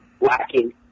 lacking